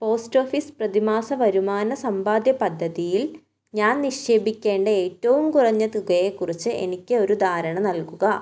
post office പ്രതിമാസ വരുമാന സമ്പാദ്യ പദ്ധതിയിൽ ഞാൻ നിക്ഷേപിക്കേണ്ട ഏറ്റവും കുറഞ്ഞ തുകയെ കുറിച്ച് എനിക്ക് ഒരു ധാരണ നൽകുക